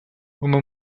uma